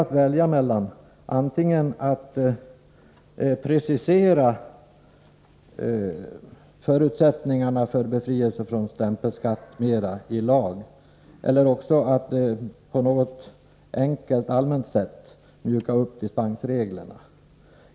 Antingen kan man ilag i högre grad precisera förutsättningarna för befrielse från stämpelskatt eller också kan man på något allmänt, enkelt sätt mjuka upp dispensreglerna.